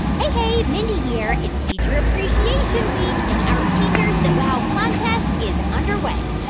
hey. mindy here. it's teacher appreciation week. and our teachers that wow contest is underway.